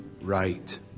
right